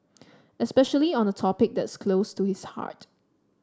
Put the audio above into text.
especially on a topic that is close to his heart